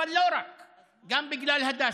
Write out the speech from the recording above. אבל לא רק אותם, גם הדסה,